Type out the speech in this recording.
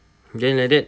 then like that